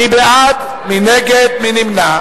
אושר על-ידי מליאת הכנסת.